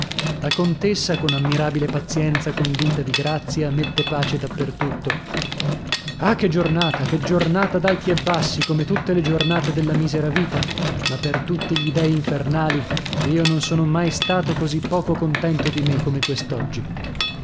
la contessa con ammirabile pazienza condita di grazia mette pace da per tutto ah che giornata che giornata d'alti e bassi come tutte le giornate della misera vita ma per tutti gli dei infernali io non sono mai stato così poco contento di me come